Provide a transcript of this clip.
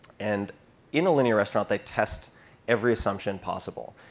and in alinea restaurant, they test every assumption possible,